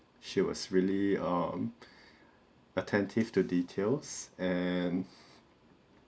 she was really um attentive to details and